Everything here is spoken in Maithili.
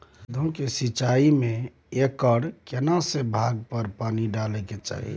पौधों की सिंचाई में एकर केना से भाग पर पानी डालय के चाही?